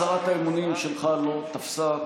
הצהרת האמונים שלך לא תפסה.